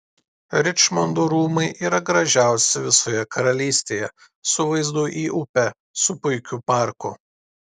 ričmondo rūmai yra gražiausi visoje karalystėje su vaizdu į upę su puikiu parku